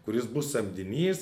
kur jis bus samdinys